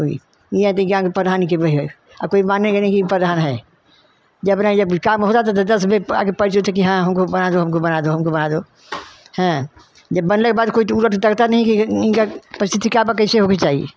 कोई गाँव के प्रधान कोई मानेगा नहीं कि ये प्रधान है जब रही जब भी काम होता था तो दस बेर आके पैर छूते की हाँ हमको बना दो हमको बना दो हमको बना दो हैं जब बनने के बाद कोई तो उलट तकता नहीं कि इनका इनकर परिस्थिति का बा कइसे होखे के चाही